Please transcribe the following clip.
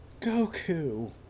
Goku